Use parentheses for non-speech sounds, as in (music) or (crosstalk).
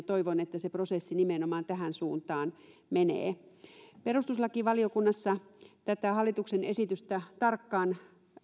(unintelligible) toivon että se prosessi nimenomaan tähän suuntaan menee perustuslakivaliokunnassa tätä hallituksen esitystä tarkkaan